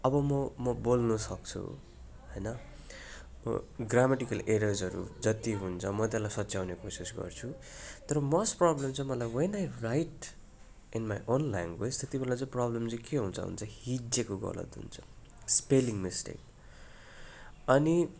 अब म म बोल्न सक्छु होइन म ग्रामाटिकल एरर्सहरू जति हुन्छ म त्यसलाई सच्याउने कोसिस गर्छु तर मस्ट प्रब्लम चाहिँ मलाई when I write in my own language त्यति बेला चाहिँ प्रब्लम चाहिँ के हुन्छ हिज्जेको गलत हुन्छ स्पेलिङ मिस्टेक अनि